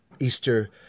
Easter